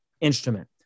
instrument